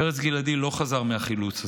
פרץ גלעדי לא חזר מהחילוץ הזה.